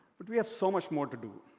but we have so much more to do.